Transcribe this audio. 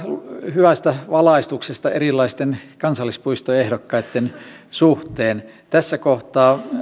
hyvästä valaistuksesta erilaisten kansallispuistoehdokkaitten suhteen tässä kohtaa